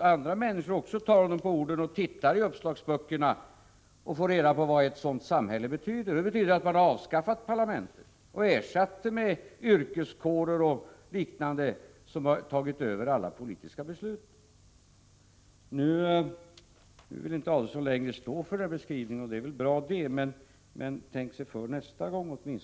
andra människor också tar honom på orden, att de tittar i uppslagsböckerna och får reda på hur ett sådant samhälle är konstruerat. Det betyder att man har avskaffat parlamentet och ersatt det med yrkeskårer och liknande som har tagit över alla politiska beslut. Nu vill Ulf Adelsohn inte längre stå för den beskrivningen, och det är väl bra, men han bör tänka sig för nästa gång.